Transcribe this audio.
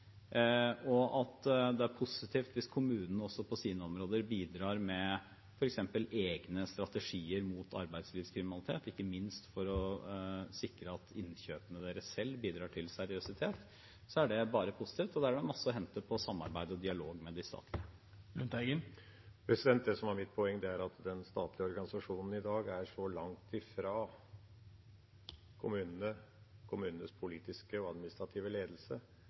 Hvis kommunene på sine områder bidrar med f.eks. egne strategier mot arbeidslivskriminalitet, ikke minst for å sikre at deres egne innkjøp bidrar til seriøsitet, er det bare positivt, og det er masse å hente på samarbeid og dialog om de sakene. Det som var mitt poeng, var at den statlige organisasjonen i dag står så langt fra kommunenes politiske og administrative ledelse